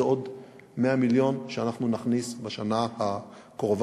זה עוד 100 מיליון שאנחנו נכניס בשנה הקרובה.